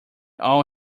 all